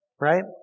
right